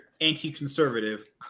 anti-conservative